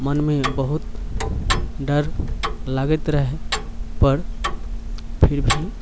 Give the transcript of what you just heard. मनमे बहुत डर लागैत रहए पर फिर भी